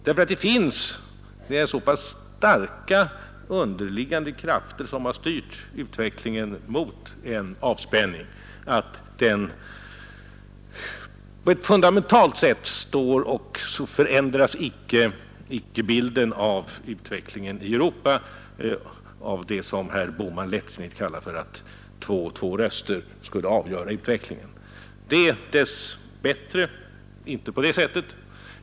Det är så starka underliggande krafter som har styrt utvecklingen mot en avspänning att den på ett fundamentalt sätt står fast. Två röster kan inte, som herr Bohman lättsinnigt påstår, avgöra utvecklingen i Europa. Det är dess bättre inte på det sättet.